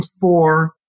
four